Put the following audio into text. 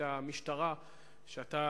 אפשר להגיש